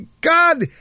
God